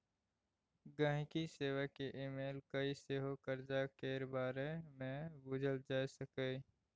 गांहिकी सेबा केँ इमेल कए सेहो करजा केर बारे मे बुझल जा सकैए